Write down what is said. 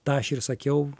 tą aš ir sakiau